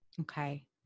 Okay